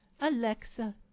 Alexa